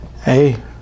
hey